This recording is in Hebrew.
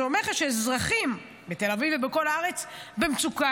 זה אומר לך שאזרחים בתל אביב ובכל הארץ במצוקה.